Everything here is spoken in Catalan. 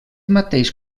mateix